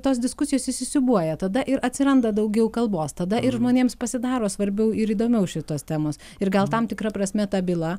tos diskusijos įsisiūbuoja tada ir atsiranda daugiau kalbos tada ir žmonėms pasidaro svarbiau ir įdomiau šitos temos ir gal tam tikra prasme ta byla